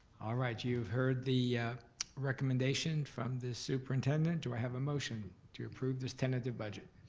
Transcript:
all right. you've heard the recommendation from the superintendent. do i have a motion to approve this tentative budget?